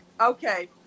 Okay